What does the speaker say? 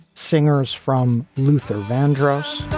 singers from luther vandross